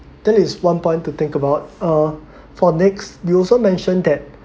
that is one point to think about uh for next you also mentioned that